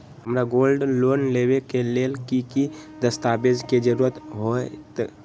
हमरा gold loan लेबे के लेल कि कि दस्ताबेज के जरूरत होयेत?